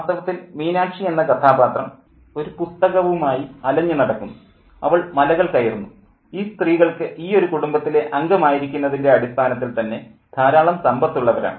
വാസ്തവത്തിൽ മീനാക്ഷി എന്ന കഥാപാത്രം ഒരു പുസ്തകവുമായി അലഞ്ഞു നടക്കുന്നു അവൾ മലകൾ കയറുന്നു ഈ സ്ത്രീകൾക്ക് ഈയൊരു കുടുംബത്തിലെ അംഗമായിരിക്കുന്നതിൻ്റെ അടിസ്ഥാനത്തിൽ തന്നെ ധാരാളം സമ്പത്തുള്ളവരാണ്